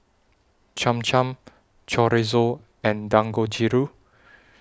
Cham Cham Chorizo and Dangojiru